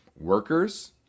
workers